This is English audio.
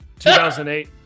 2008